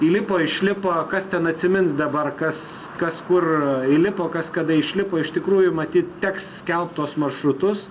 įlipo išlipo kas ten atsimins dabar kas kas kur įlipo kas kada išlipo iš tikrųjų matyt teks skelbt tuos maršrutus